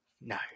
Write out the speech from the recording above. No